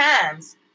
times